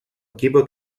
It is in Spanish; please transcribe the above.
equipo